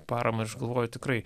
parama aš galvoju tikrai